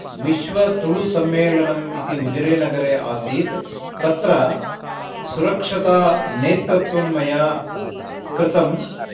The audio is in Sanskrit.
विश्वतुलुसम्मेलनम् इति उजिरे नगरे आसीत् तत्र सुरक्षतानेतृत्वं मया कृतं